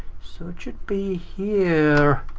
so it should be here,